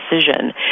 decision